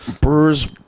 Brewers